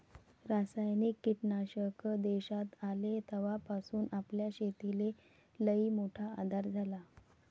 रासायनिक कीटकनाशक देशात आले तवापासून आपल्या शेतीले लईमोठा आधार झाला